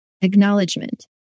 acknowledgement